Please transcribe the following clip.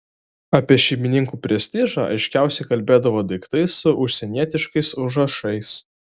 apie šeimininkų prestižą aiškiausiai kalbėdavo daiktai su užsienietiškais užrašais